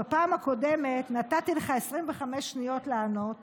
בפעם הקודמת נתתי לך 25 שניות לענות